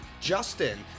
Justin